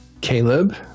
Caleb